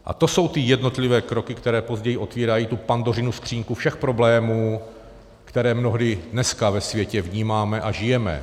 A to jsou ty jednotlivé kroky, které později otevírají tu Pandořinu skříňku všech problémů, které mnohdy dneska ve světě vnímáme a žijeme.